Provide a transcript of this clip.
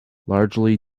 largely